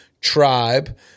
tribe